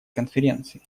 конференции